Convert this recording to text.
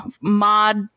mod